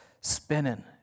spinning